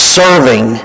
serving